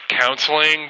counseling